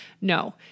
No